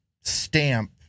stamp